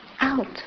Out